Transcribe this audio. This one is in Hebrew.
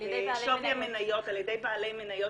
בשווי המניות על ידי בעלי מניות,